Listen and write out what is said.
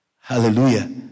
Hallelujah